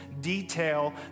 detail